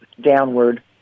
downward